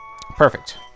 Perfect